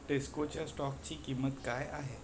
टेस्कोच्या स्टॉकची किंमत काय आहे